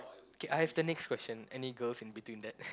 can I ask the next question any girl in between that